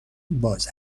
باز